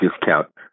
discount